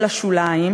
אל השוליים,